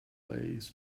ways